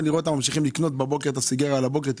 את אלה שממשיכים לקנות את הסיגריות בבוקר.